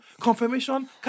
confirmation